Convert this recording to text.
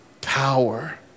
power